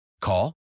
Call